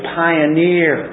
pioneer